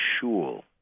shul